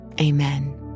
Amen